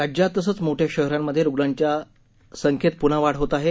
राज्यात तसंच मोठ्या शहरांमध्ये रुग्णांच्या संख्येत प्न्हा वाढ होत आहे